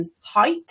height